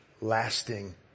lasting